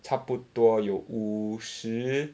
差不多有五十个